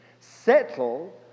settle